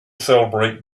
celebrate